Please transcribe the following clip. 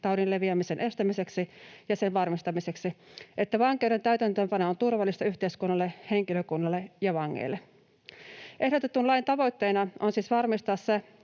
taudin leviämisen estämiseksi ja sen varmistamiseksi, että vankeuden täytäntöönpano on turvallista yhteiskunnalle, henkilökunnalle ja vangeille. Ehdotetun lain tavoitteena on siis varmistaa se,